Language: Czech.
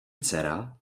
dcera